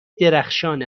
درخشان